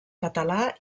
català